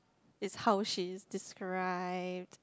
is how she is described